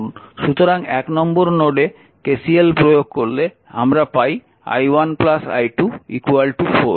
সুতরাং 1 নম্বর নোডে KCL প্রয়োগ করলে আমরা পাই i1 i2 4